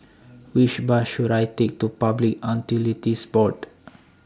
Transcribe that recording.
Which Bus should I Take to Public Utilities Board